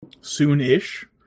soon-ish